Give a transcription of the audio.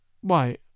Why